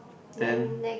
ten